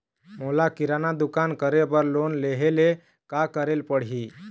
मोला किराना दुकान करे बर लोन लेहेले का करेले पड़ही?